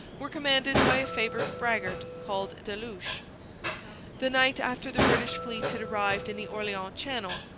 were commanded by a favoured braggart called delouche. the night after the british fleet had arrived in the orleans channel,